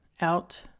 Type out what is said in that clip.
out